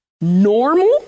normal